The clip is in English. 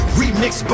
remix